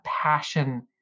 passion